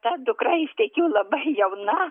ta dukra ištekėjo labai jauna